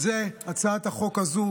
הצעת החוק הזו,